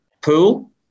pool